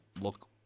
look